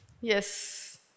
Yes